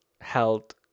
held